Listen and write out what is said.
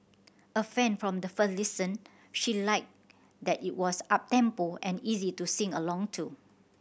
a fan from the first listen she liked that it was uptempo and easy to sing along to